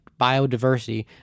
biodiversity